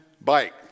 bike